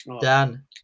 Dan